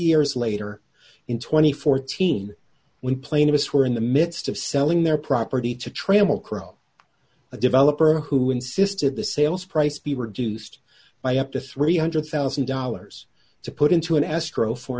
years later in two thousand and fourteen when plane of us were in the midst of selling their property to trammel crow a developer who insisted the sales price be reduced by up to three hundred thousand dollars to put into an escrow for